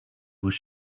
was